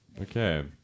okay